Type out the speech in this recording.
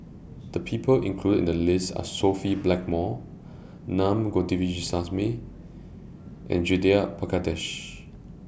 The People included in The list Are Sophia Blackmore Naa Govindasamy and Judith Prakash